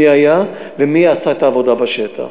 מי היה ומי עשה את העבודה בשטח.